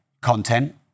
content